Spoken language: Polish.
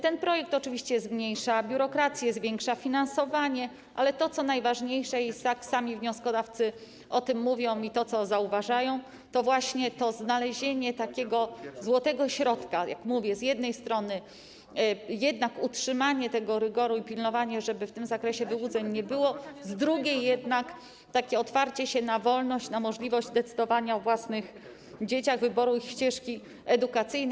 Ten projekt oczywiście zmniejsza biurokrację i zwiększa finansowanie, ale to, co najważniejsze - sami wnioskodawcy tak o tym mówią i sami to zauważają - to właśnie znalezienie takiego złotego środka: z jednej strony utrzymanie tego rygoru i pilnowanie, żeby w tym zakresie wyłudzeń nie było, z drugiej strony takie otwarcie się na wolność, na możliwość decydowania o własnych dzieciach, wyboru ich ścieżki edukacyjnej.